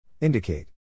Indicate